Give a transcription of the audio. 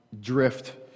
drift